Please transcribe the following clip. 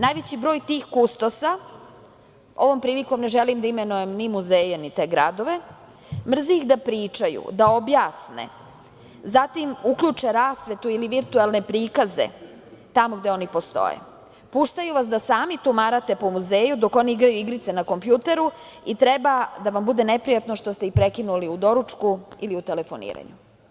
Najveći broj tih kustosa, ovom prilikom ne želim da imenujem ni muzeje, ni te gradove, mrzi ih da pričaju, da objasne, zatim uključe rasvetu ili virtuelne prikaze tamo gde oni postoje, puštaju vas da sami tumarate po muzeju dok on igra igrice na kompjuteru i treba da vam bude neprijatno što ste ih prekinuli u doručku ili u telefoniranju.